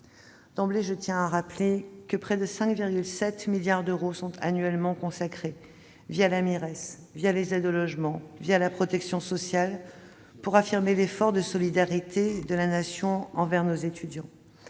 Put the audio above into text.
ici, je tiens à rappeler que près de 5,7 milliards d'euros sont annuellement consacrés, la Mires, les aides au logement ou la protection sociale, à l'effort de solidarité de la Nation envers nos étudiants.